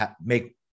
make